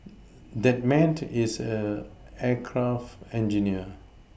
that man is an aircraft engineer